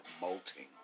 molting